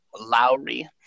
Lowry